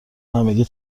همگی